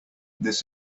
this